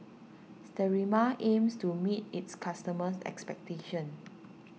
Sterimar aims to meet its customers' expectations